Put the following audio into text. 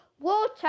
water